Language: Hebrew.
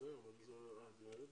עברו ארבע